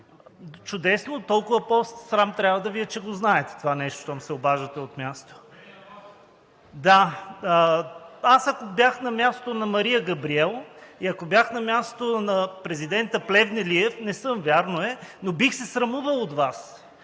Чудесно, толкова повече трябва да Ви е срам, че го знаете това нещо, щом се обаждате от място. Аз ако бях на мястото на Мария Габриел и ако бях на мястото на президента Плевнелиев – не съм, бих се срамувал от Вас,